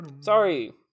sorry